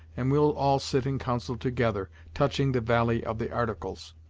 and we'll all sit in council together touching the valie of the articles.